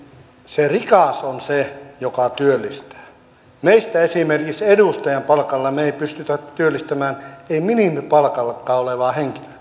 se rikas on se joka työllistää esimerkiksi edustajan palkalla me emme pysty työllistämään minimipalkallakaan olevaa henkilöä